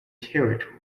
territory